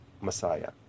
Messiah